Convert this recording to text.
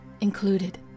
included